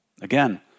Again